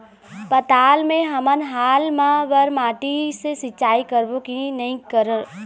पताल मे हमन हाल मा बर माटी से सिचाई करबो की नई करों?